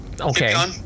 okay